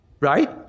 right